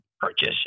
purchase